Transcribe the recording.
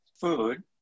food